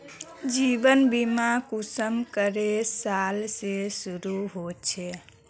जीवन बीमा कुंसम करे साल से शुरू होचए?